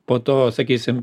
po to sakysim